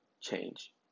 change